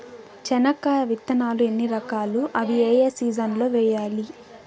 చెనక్కాయ విత్తనాలు ఎన్ని రకాలు? అవి ఏ ఏ సీజన్లలో వేయాలి?